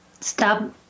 Stop